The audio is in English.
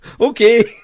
Okay